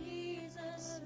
Jesus